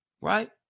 right